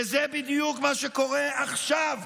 וזה בדיוק מה שקורה עכשיו.